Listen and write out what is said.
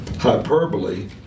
hyperbole